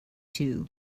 two